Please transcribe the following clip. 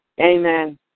amen